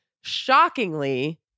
shockingly